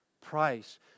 price